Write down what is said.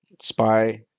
spy